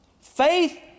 faith